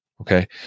Okay